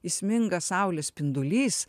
įsminga saulės spindulys